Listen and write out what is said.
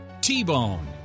T-Bone